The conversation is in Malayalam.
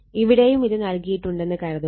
ഇവിടെയും ഇത് നൽകിയിട്ടുണ്ടെന്ന് കരുതുക